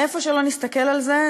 מאיפה שלא נסתכל על זה,